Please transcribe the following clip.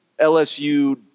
LSU